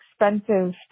expensive